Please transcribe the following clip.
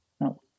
No